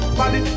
body